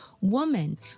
woman